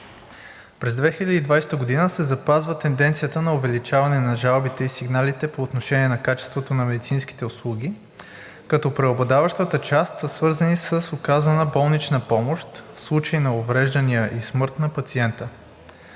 През 2020 г. се запазва тенденцията на увеличаване на жалбите и сигналите по отношение на качеството на медицинските услуги, като преобладаващата част са свързани с оказана болнична помощ, случаи на увреждания и смърт на пациента.